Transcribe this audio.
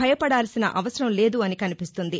భయపడాల్సిన అవసరం లేదు అని కనిపిస్తుంది